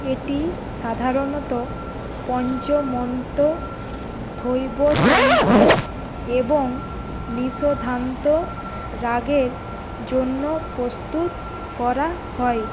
এটি সাধারণত পঞ্চমন্ত ধৈবতন্ত এবং নিশধান্ত রাগের জন্য প্রস্তুত করা হয়